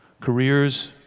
careers